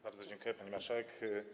Bardzo dziękuję, pani marszałek.